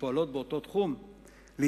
שפועלות באותו תחום להתמזג,